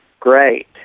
Great